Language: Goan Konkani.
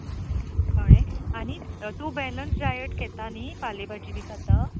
कळ्ळें आनी तूं बॅलन्स्ड डायट घेता न्हय ताली भाजी बी खाता